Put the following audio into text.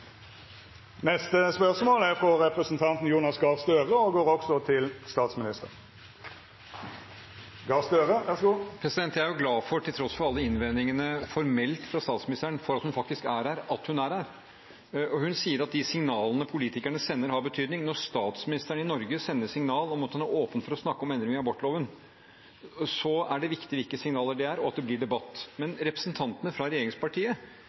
Jeg er glad for – til tross for alle de formelle innvendingene fra statsministeren mot at hun faktisk er her – at hun er her. Hun sier at de signalene politikerne sender, har betydning. Når statsministeren i Norge sender signal om at hun er åpen for å snakke om endring i abortloven, er det viktig hvilke signaler det er, og at det blir debatt. Men representantene fra regjeringspartiet